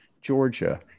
Georgia